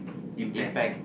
impact